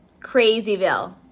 Crazyville